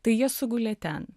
tai jie sugulė ten